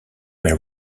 may